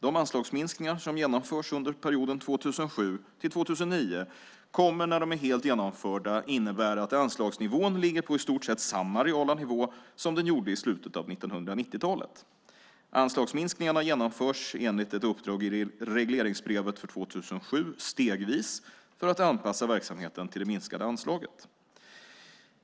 De anslagsminskningar som genomförs under perioden 2007-2009 kommer, när de är helt genomförda, innebära att anslagsnivån ligger på i stort sett samma reala nivå som den gjorde i slutet av 1990-talet. Anslagsminskningarna genomförs enligt ett uppdrag i regleringsbrevet för 2007 stegvis för att anpassa verksamheten till det minskade anslaget.